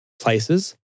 places